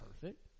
perfect